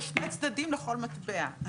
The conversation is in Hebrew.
יש שני צדדים לכל מטבע.